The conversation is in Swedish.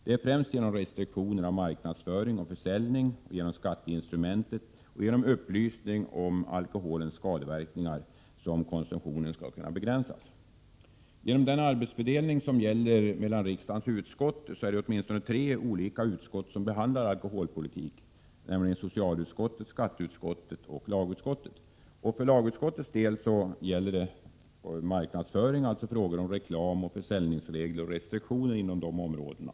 Det är främst genom restriktioner beträffande marknadsföring och försäljning, genom skatteinstrumentet samt genom upplysning om alkoholens skadeverkningar som konsumtionen skall kunna begränsas. På grund av vad som gäller beträffande fördelning av arbetet mellan riksdagens utskott är det åtminstone tre olika utskott som behandlar alkoholpolitiken, nämligen socialutskottet, skatteutskottet och lagutskottet. För lagutskottets del behandlas frågor om marknadsföring, alltså frågor om reklam och försäljningsregler samt restriktioner inom dessa områden.